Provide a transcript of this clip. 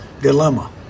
dilemma